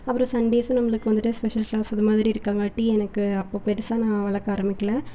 அப்புறம் சண்டேஸும் நம்மளுக்கு வந்துட்டு ஸ்பெஷல் கிளாஸ் அதுமாதிரி இருக்காங்காட்டி எனக்கு அப்போது பெருசாக நான் வளர்க்க ஆரம்பிக்கலை